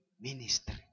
ministry